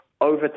over